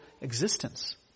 Existence